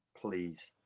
Please